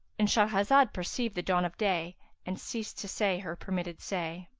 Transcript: and shahrazad perceived the dawn of day and ceased to say her permitted say.